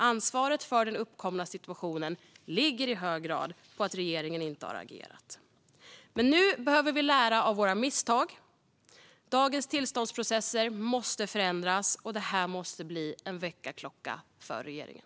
Ansvaret för den uppkomna situationen ligger i hög grad på regeringen, som inte har agerat. Men nu behöver vi lära av våra misstag. Dagens tillståndsprocesser måste förändras, och detta måste bli en väckarklocka för regeringen.